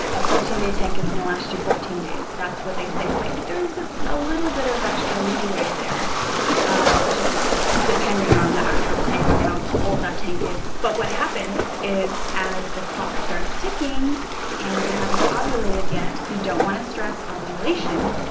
a fourteen day tank is going to last you fourteen days. that's what they say, but there's a little bit of extra leeway there ah depending on the actual tank, on how old that tank is, but what happens is as the clock starts ticking and you haven't ovulated yet, you don't want to stress um ovulation.